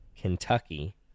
Kentucky